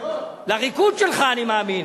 לריקוד שלך אני מאמין.